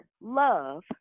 love